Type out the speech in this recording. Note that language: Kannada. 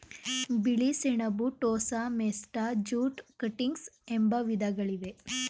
ಬಿಳಿ ಸೆಣಬು, ಟೋಸ, ಮೆಸ್ಟಾ, ಜೂಟ್ ಕಟಿಂಗ್ಸ್ ಎಂಬ ವಿಧಗಳಿವೆ